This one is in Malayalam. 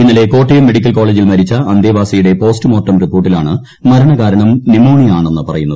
ഇന്നലെ കോട്ടയം മെഡിക്കൽ കോളജിൽ മരിച്ച അന്തേവാസിയുടെ പോസ്റ്റ്മോർട്ടം റിപ്പോർട്ടിലാണ് മരണകാരണം ന്യുമോണിയ ആണെന്ന് പറയുന്നത്